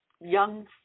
young